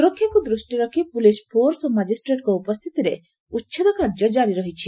ସୁରକ୍ଷାକୁ ଦୃଷ୍ଟିରେ ରଖ୍ ପୁଲିସ ଫୋର୍ସ ଓ ମାଜିଷ୍ଟେଟ୍ଙ୍ଙ ଉପସ୍ଥିତିରେ ଉଛେଦକାର୍ଯ୍ୟ ଜାରି ରହିଛି